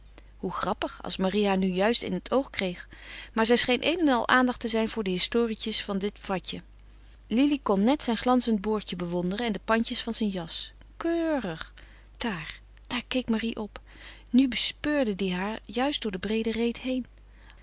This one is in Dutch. hoe grappig als marie haar nu juist in het oog kreeg maar zij scheen een en al aandacht te zijn voor de historietjes van dat fatje lili kon net zijn glanzend boordje bewonderen en de pandjes van zijn jas keurig daar daar daar keek marie op nu bespeurde die haar juist door de breede reet heen